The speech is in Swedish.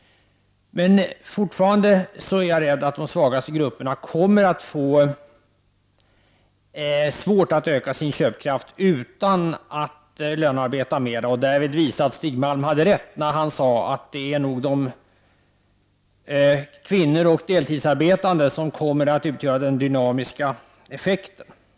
Men jag är fortfarande rädd att de svagaste grupperna kommer att få svårt att öka sin köpkraft utan att lönearbeta mer. Det kommer att visa sig att Stig Malm hade rätt när han sade att det nog är kvinnor och deltidsarbetande som kommer att utgöra den dynamiska effekten. Herr talman!